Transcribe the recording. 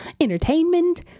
entertainment